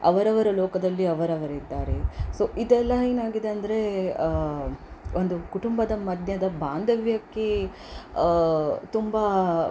ಅವರವರ ಲೋಕದಲ್ಲಿ ಅವರವರಿದ್ದಾರೆ ಸೊ ಇದೆಲ್ಲ ಏನಾಗಿದೆ ಅಂದರೆ ಒಂದು ಕುಟುಂಬದ ಮಧ್ಯದ ಬಾಂಧವ್ಯಕ್ಕೆ ತುಂಬ